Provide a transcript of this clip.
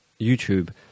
youtube